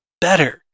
better